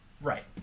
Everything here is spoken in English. Right